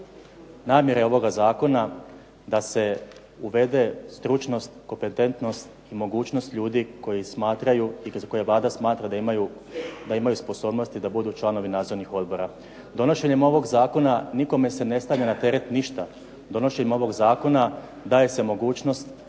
Namjera je ovoga zakona da se uvede stručnost, kompetenstnost, mogućnost ljudi koji smatraju i za koje Vlada smatra da imaju sposobnosti da budu članovi nadzornih odbora. Donošenjem ovog zakona nikome se ne stavlja na teret ništa. Donošenjem ovog zakona daje se mogućnost